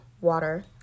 water